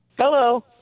Hello